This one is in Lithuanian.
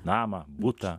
namą butą